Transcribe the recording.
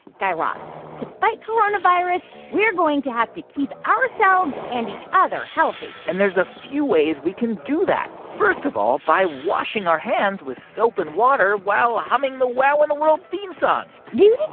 guy raz, to fight coronavirus. we're going to have to keep ourselves and each other healthy and there's a few ways we can do that first of all, by washing our hands with soap and water while humming the wow in the world theme song doo-doo-doo,